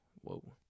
Whoa